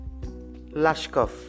Lashkov